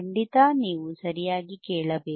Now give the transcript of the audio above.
ಖಂಡಿತ ನೀವು ಸರಿಯಾಗಿ ಕೇಳಬೇಕು